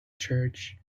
church